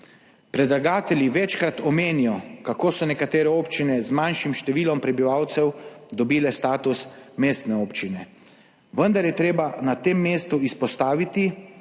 Predlagatelji večkrat omenjajo, kako so nekatere občine z manjšim številom prebivalcev dobile status mestne občine, vendar je treba na tem mestu izpostaviti,